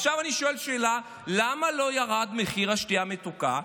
עכשיו אני שואל שאלה: למה לא ירד מחיר השתייה המתוקה?